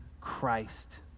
Christ